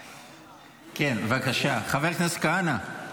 בבקשה, חבר הכנסת כהנא.